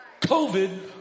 COVID